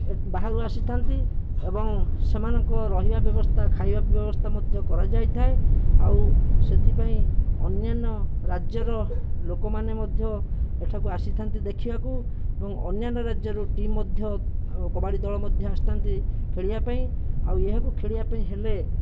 ବାହାରୁ ଆସିଥାନ୍ତି ଏବଂ ସେମାନଙ୍କ ରହିବା ବ୍ୟବସ୍ଥା ଖାଇବା ପିଇବା ବ୍ୟବସ୍ଥା ମଧ୍ୟ କରାଯାଇଥାଏ ଆଉ ସେଥିପାଇଁ ଅନ୍ୟାନ୍ୟ ରାଜ୍ୟର ଲୋକମାନେ ମଧ୍ୟ ଏଠାକୁ ଆସିଥାନ୍ତି ଦେଖିବାକୁ ଏବଂ ଅନ୍ୟାନ୍ୟ ରାଜ୍ୟରୁ ଟିମ୍ ମଧ୍ୟ କବାଡ଼ି ଦଳ ମଧ୍ୟ ଆସିଥାନ୍ତି ଖେଳିବା ପାଇଁ ଏହାକୁ ଖେଳିବା ପାଇଁ ହେଲେ